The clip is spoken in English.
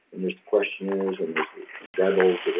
and there's questioners, and there's rebels,